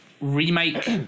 remake